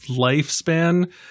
lifespan